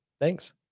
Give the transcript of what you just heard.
Thanks